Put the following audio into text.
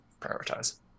prioritize